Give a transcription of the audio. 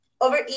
over